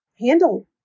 Handle